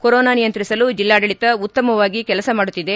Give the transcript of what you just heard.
corona ನಿಯಂತ್ರಿಸಲು ಜೆಲ್ಲಾಡಳಿತ ಉತ್ತಮವಾಗಿ ಕೆಲಸ ಮಾಡುತ್ತಿದೆ